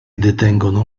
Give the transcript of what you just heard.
detengono